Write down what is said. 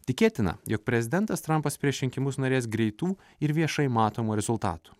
tikėtina jog prezidentas trumpas prieš rinkimus norės greitų ir viešai matomų rezultatų